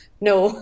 No